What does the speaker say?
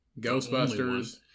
Ghostbusters